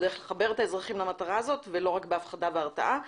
בדרך לחבר את האזרחים למטרה הזאת ולא רק בהפחדה והרתעה,